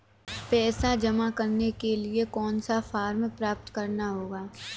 पैसा जमा करने के लिए कौन सा फॉर्म प्राप्त करना होगा?